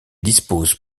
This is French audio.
disposent